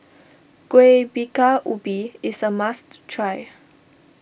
Kueh Bingka Ubi is a must try